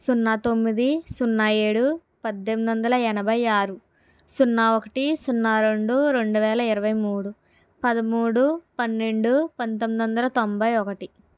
సున్నా తొమ్మిది సున్నా ఏడు పద్దెనిమిది వందల ఎనభై ఆరు సున్నా ఒకటి సున్నా రెండు రెండు వేల ఇరవై మూడు పదమూడు పన్నెండు పంతొమ్మిది వందల తొంభై ఒకటి